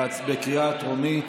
בקריאה טרומית.